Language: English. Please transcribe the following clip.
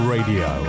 Radio